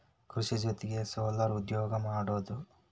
ಕೃಷಿ ಜೊತಿಗೆ ಸೊಲಾರ್ ಉದ್ಯೋಗಾ ಮಾಡುದು